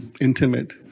Intimate